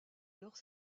alors